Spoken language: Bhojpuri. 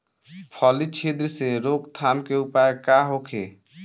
फली छिद्र से रोकथाम के उपाय का होखे?